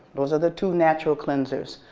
those are the two natural cleansers.